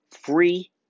free